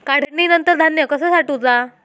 काढणीनंतर धान्य कसा साठवुचा?